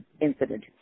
incident